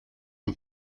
een